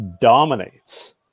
dominates